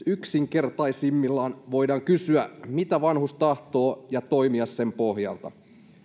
yksinkertaisimmillaan voidaan kysyä mitä vanhus tahtoo ja toimia sen pohjalta